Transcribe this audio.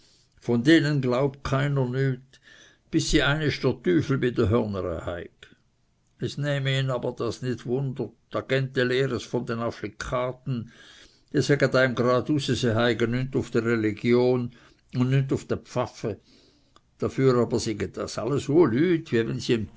von denen glaub keiner nüt bis si einist der tüfel bi de hörnere heig es nähme ihn aber das nit wunder d'agente lehre's von den afflikaten die säge eim grad use si heige nüt uf der religion und nüt uf de pfaffen dafür aber syge das alles